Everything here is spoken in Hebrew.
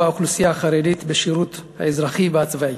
האוכלוסייה החרדית בשירות האזרחי והצבאי.